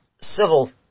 civil